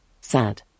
sad